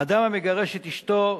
אדם המגרש את אשתו,